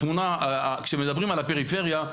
שמדברים על הפריפריה,